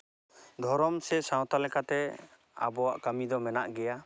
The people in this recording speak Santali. ᱫᱷᱚᱨᱚᱢ ᱥᱮ ᱥᱟᱶᱛᱟ ᱞᱮᱠᱟᱛᱮ ᱟᱵᱚᱣᱟᱜ ᱠᱟᱹᱢᱤ ᱫᱚ ᱢᱮᱱᱟᱜ ᱜᱮᱭᱟ